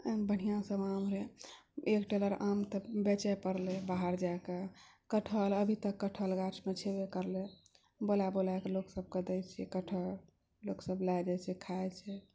बढ़िआँ सब आम है एक टेलर आम तऽ बेचै पड़लै बाहर जाकऽ कटहल अभी तक कटहल गाछमे छेबे करलै बुला बुला कऽ लोक सबके दैय छियै कटहल लोकसभ लअ जाइछै खायछै